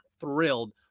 thrilled